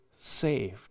saved